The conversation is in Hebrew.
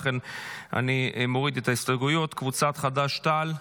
ולכן אני מוריד את ההסתייגויות, קבוצת חד"ש-תע"ל,